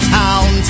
town